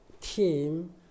team